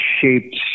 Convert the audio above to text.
shaped